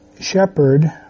shepherd